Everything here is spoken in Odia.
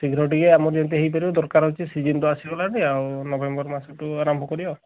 ଶୀଘ୍ର ଟିକେ ଆମର ଯେମିତି ହୋଇ ପାରିବ ଦରକାର ଅଛି ସିଜନ୍ ତ ଆସିଗଲାଣି ଆଉ ନଭେମ୍ବର ମାସଠୁ ଆରମ୍ଭ କରିବା